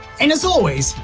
and as always,